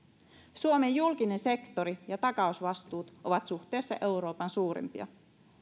suomen julkinen sektori ja takausvastuut ovat suhteessa euroopan suurimpia